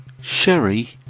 sherry